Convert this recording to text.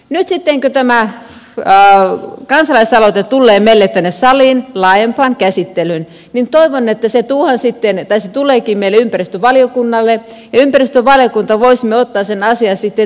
nyt sitten kun tämä kansalaisaloite tulee meille tänne saliin laajempaan käsittelyyn niin se tulee meille ympäristövaliokuntaan ja toivon että ympäristövaliokunta voisi ottaa sen asia sitten tarkempaan käsittelyyn